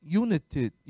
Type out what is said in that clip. united